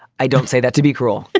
i don't say that to be cruel.